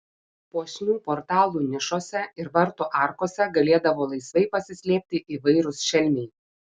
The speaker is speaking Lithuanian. puošnių portalų nišose ir vartų arkose galėdavo laisvai pasislėpti įvairūs šelmiai